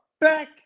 back